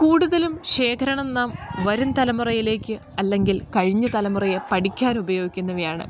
കൂടുതലും ശേഖരണം നാം വരും തലമുറയിലേക്ക് അല്ലെങ്കിൽ കഴിഞ്ഞ തലമുറയെ പഠിക്കാൻ ഉപയോഗിക്കുന്നവയാണ്